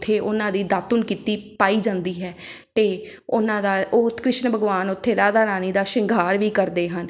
ਉੱਥੇ ਉਹਨਾਂ ਦੀ ਦਾਤਣ ਕੀਤੀ ਪਾਈ ਜਾਂਦੀ ਹੈ ਅਤੇ ਉਹਨਾਂ ਦਾ ਉਹ ਕ੍ਰਿਸ਼ਨ ਭਗਵਾਨ ਉੱਥੇ ਰਾਧਾ ਰਾਣੀ ਦਾ ਸ਼ਿੰਗਾਰ ਵੀ ਕਰਦੇ ਹਨ